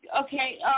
Okay